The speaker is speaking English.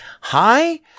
hi